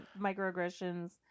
microaggressions